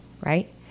right